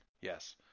Yes